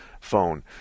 phone